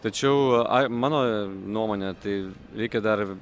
tačiau mano nuomone tai reikia dar